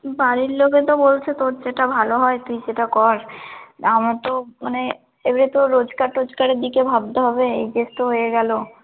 বাড়ির লোকে তো বলছে তোর যেটা ভালো হয় তুই সেটা কর আমার তো মানে এবারে তো রোজগার টোজগারের দিকে ভাবতে হবে এইচএস তো হয়ে গেল